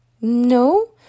no